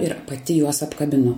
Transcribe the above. ir pati juos apkabinu